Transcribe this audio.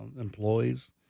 employees